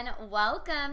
Welcome